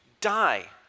die